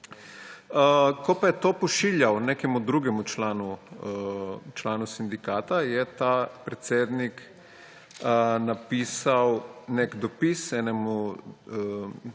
Ko pa je to pošiljal nekemu drugemu članu sindikata, je ta predsednik napisal nek dopis temu